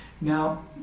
Now